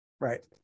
Right